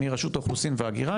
מרשות האוכלוסין וההגירה,